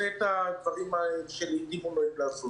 את הדברים שלעיתים הוא נוהג לעשות.